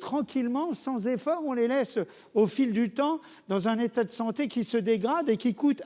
tranquillement sans efforts, on les laisse au fil du temps dans un état de santé qui se dégrade et qui coûtent